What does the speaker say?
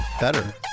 better